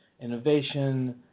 innovation